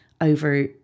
over